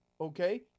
okay